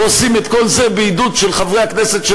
ועושים את כל זה בעידוד של חברי הכנסת של